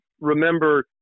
remember